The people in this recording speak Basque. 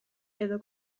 edo